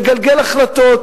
מגלגל החלטות.